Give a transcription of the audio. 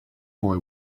boy